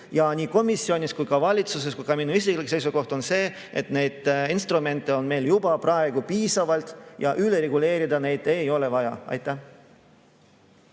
Nii komisjoni kui ka valitsuse ja ka minu isiklik seisukoht on see, et neid instrumente on meil juba praegu piisavalt ja üle reguleerida neid ei ole vaja. Aitäh!